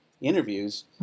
interviews